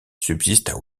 subsistent